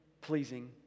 pleasing